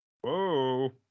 Whoa